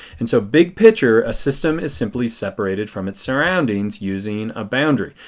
and so big picture, a system is simply separated from its surroundings using a boundary.